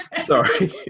sorry